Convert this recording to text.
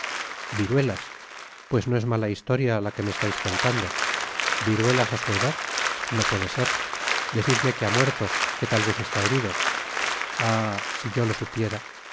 viruelas pues noes mala historia la que me estais contando viruelas á su edad no puede ser decidme que ha muerto que tal vez está herido ah si yo lo supiera